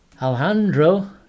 Alejandro